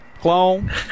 clone